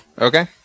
okay